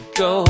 go